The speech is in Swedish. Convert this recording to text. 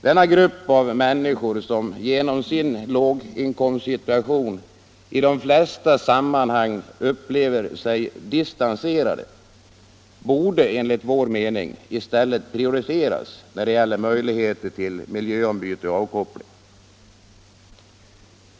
Denna grupp av människor, som genom sin låginkomstsituation i de flesta sammanhang upplever sig distanserade, borde enligt vår mening i stället prioriteras när det gäller möjligheter till miljöombyte och avkoppling.